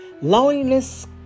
loneliness